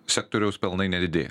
sektoriaus pelnai nedidėja